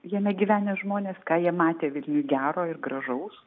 jame gyvenę žmonės ką jie matė vilniuj gero ir gražaus